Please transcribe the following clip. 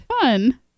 Fun